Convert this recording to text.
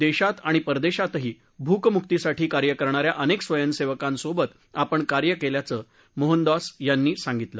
देशात आणि परदेशातही भूकमुक्तीसाठी कार्य करणाऱ्या अनेक स्वयंसेवकांसोबत आपण काम केल्याचं मोहनदॉस यांनी सांगितलं